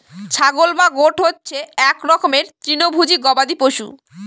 ছাগল বা গোট হচ্ছে এক রকমের তৃণভোজী গবাদি পশু